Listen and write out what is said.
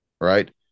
right